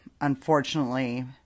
unfortunately